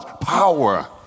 power